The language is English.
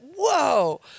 whoa